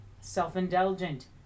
self-indulgent